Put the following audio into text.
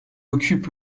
occupe